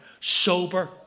Sober